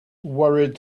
worried